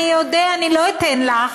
אני לא אתן לך,